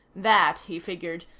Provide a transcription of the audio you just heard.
that, he figured,